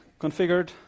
configured